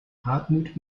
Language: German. hartmut